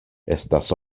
estas